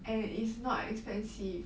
and it's not expensive